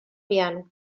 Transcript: piano